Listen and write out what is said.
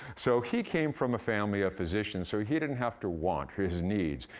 so he came from a family of physicians, so he didn't have to want for his needs.